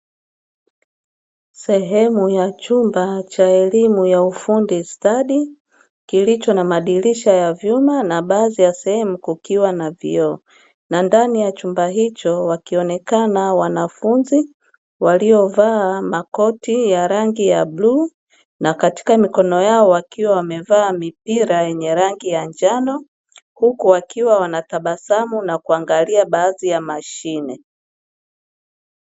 Sehemu ya chumba cha elimu ya ufundi stadi, kilicho na madirisha ya vyuma na baadhi ya sehemu kukiwa na vioo, na ndani ya chumba hicho wakionekana wanafunzi, waliovaa makoti ya rangi ya bluu na katika mikono yao wakiwa wamevaa mipira yenye rangi ya njano huku wakiwa wana tabasamu na kuangalia baadhi ya mashine.